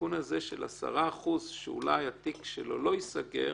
שהסיכון של 10% שאולי התיק לא ייסגר,